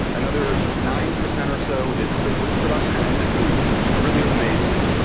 another nine percent or so is for wood production. and this is really amazing,